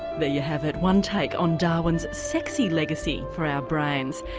there you have it, one take on darwin s sexy legacy for our brains.